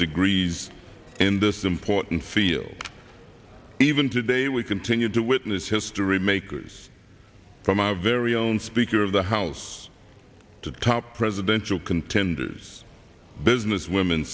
degrees in this important field even today we continue to witness history makers from our very own speaker of the house to the top presidential contenders business wom